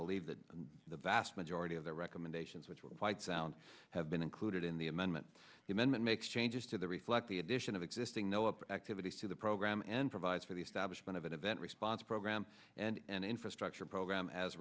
believe that the vast majority of the recommendations which were quite sound have been included in the amendment the amendment makes changes to the reflect the addition of existing no up activities to the program and provides for the establishment of an event response program and infrastructure program as